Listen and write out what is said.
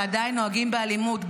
ועדיין נוהגים באלימות,